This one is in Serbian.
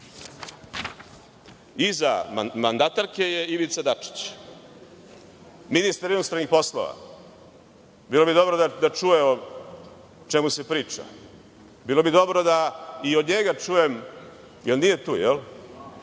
Iza mandatarke je Ivica Dačić, ministar inostranih poslova. Bilo bi dobro da čuje o čemu se priča. Bilo bi dobro da i od njega čujem da li je